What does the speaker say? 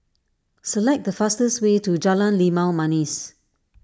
select the fastest way to Jalan Limau Manis